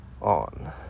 on